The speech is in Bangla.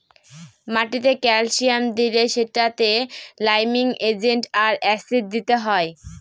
মাটিতে ক্যালসিয়াম দিলে সেটাতে লাইমিং এজেন্ট আর অ্যাসিড দিতে হয়